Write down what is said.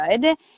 good